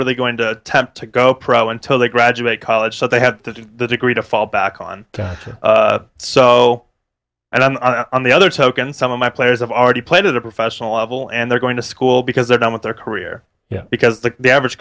really going to attempt to go pro until they graduate college so they have to the degree to fall back on so and i'm on the other token some of my players have already played at the professional level and they're going to school because they're not with their career yet because the average